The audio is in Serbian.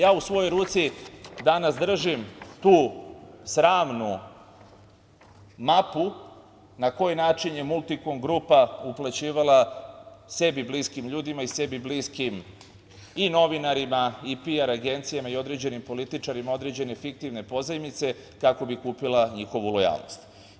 Ja u svojoj ruci danas držim tu sramnu mapu na koji način je „Multikom grupa“ uplaćivala sebi bliskim ljudima i sebi bliskim i novinarima i PR agencijama i određenim političarima određene fiktivne pozajmice, kako bi kupila njihovu lojalnost.